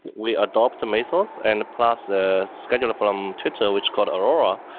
we adapt mesos and plus the scheduler from twitter, which called aurora.